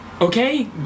okay